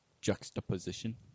juxtaposition